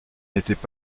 n’étaient